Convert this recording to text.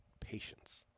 Patience